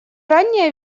ранняя